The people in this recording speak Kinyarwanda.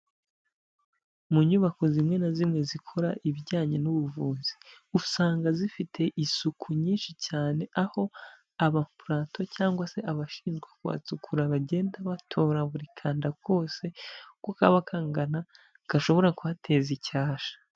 Mu nyubako zimwe na zimwe zikora ibijyanye n'ubuvuzi, usanga zifite isuku nyinshi cyane, aho abapuranto cyangwag se abashinzwe kuhasukura bagenda batora buri kanda kose uko kaba kangana, gashobora kuhateza icyasha.